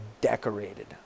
decorated